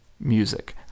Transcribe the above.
music